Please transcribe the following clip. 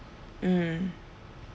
mm